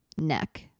neck